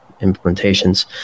implementations